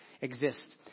exist